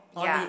ya